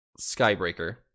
Skybreaker